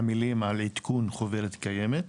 עמלים על עדכון חוברת קיימת,